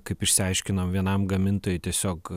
kaip išsiaiškinom vienam gamintojui tiesiog